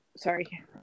Sorry